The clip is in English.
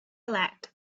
elect